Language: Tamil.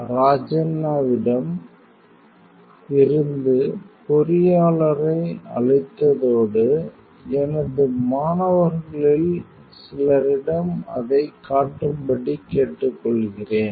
ராஜண்ணாவிடம் இருந்து பொறியாளரை அழைத்ததோடு எனது மாணவர்களில் சிலரிடம் அதைக் காட்டும்படி கேட்டுக்கொள்கிறேன்